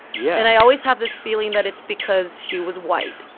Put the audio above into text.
yeah. and i always have this feeling that it's because she was white.